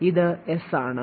ഇതു yes ആണ്